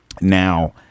now